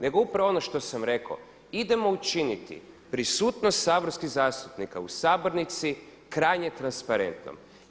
Nego upravo ono što sam rekao idemo učiniti prisutnost saborskih zastupnika u sabornici krajnje transparentnim.